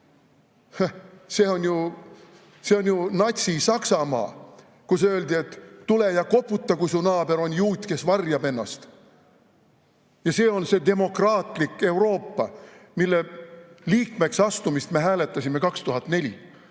see on ju Natsi-Saksamaa, kus öeldi, et tule ja koputa, kui su naaber on juut, kes varjab ennast. Ja see on see demokraatlik Euroopa, mille liikmeks astumist me hääletasime 2004?